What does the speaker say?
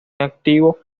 activo